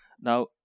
Now